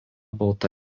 balta